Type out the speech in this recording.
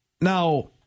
now